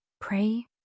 Pray